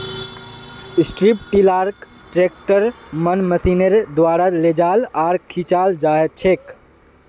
strip टीलारक ट्रैक्टरेर मन मशीनेर द्वारा लेजाल आर खींचाल जाछेक